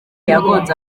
yagonze